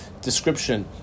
description